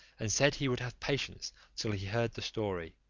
and said, he would have patience till he heard the story,